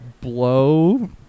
Blow